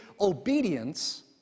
obedience